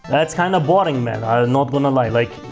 that's kind of boring man. i'm not gonna lie. like,